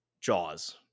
Jaws